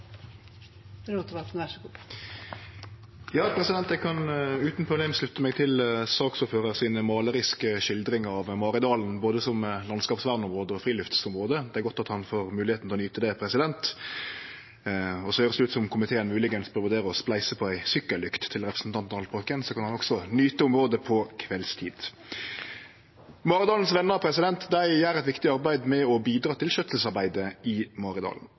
Eg kan utan problem slutte meg til saksordføraren si målariske skildring av Maridalen både som landskapsvernområde og friluftsområde. Det er godt at han får moglegheita til å nyte det. Så høyrest det ut som komiteen kanskje bør vurdere å spleise på ei sykkellykt til representanten Haltbrekken, så kan han også nyte området på kveldstid. Maridalens Venner gjer eit viktig arbeid med å bidra til skjøtselsarbeidet i Maridalen.